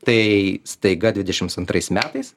tai staiga dvidešimt antrais metais